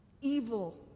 evil